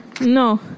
no